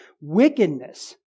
wickedness